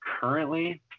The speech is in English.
currently